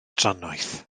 drannoeth